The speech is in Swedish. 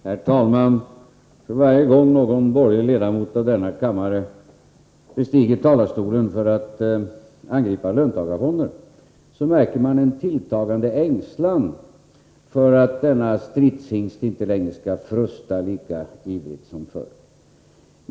Herr talman! För varje gång någon borgerlig ledamot av denna kammare bestiger talarstolen för att angripa löntagarfonderna märker man en tilltagande ängslan för att denna stridshingst inte längre skall frusta lika ivrigt som förr.